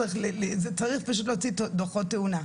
צריך פשוט להוציא דוחות תאונה.